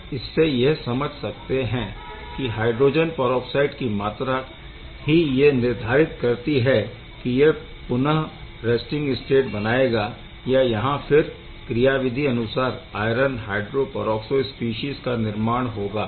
हम इससे यह समझ सकते है की हायड्रोजन परऑक्साइड की मात्रा ही यह निर्धारित करती है की यह पुनः रैस्टिंग स्टेट बनाएगा या यहाँ फिर क्रियाविधि अनुसार आयरन हायड्रो परऑक्सो स्पीशीज़ का निर्माण होगा